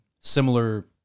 similar